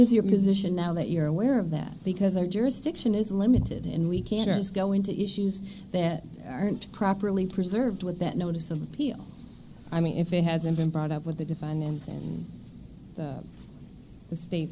is your position now that you're aware of that because our jurisdiction is limited in we can't just go into issues that aren't properly preserved with that notice of appeal i mean if it hasn't been brought up with the divine and the state